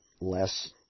less